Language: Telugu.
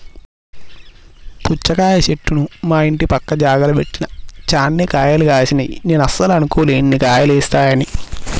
పుచ్చకాయ చెట్టును మా ఇంటి పక్క జాగల పెట్టిన చాన్నే కాయలు గాశినై నేను అస్సలు అనుకోలే అన్ని కాయలేస్తాయని